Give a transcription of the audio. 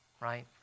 right